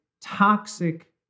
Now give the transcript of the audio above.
toxic